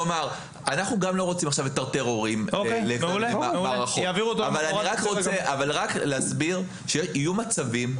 אנחנו לא רוצים לטרטר הורים אבל אני רוצה להסביר שיהיו מצבים,